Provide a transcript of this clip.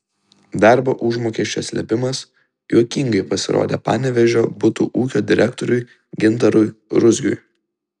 darbo užmokesčio slėpimas juokingai pasirodė panevėžio butų ūkio direktoriui gintarui ruzgiui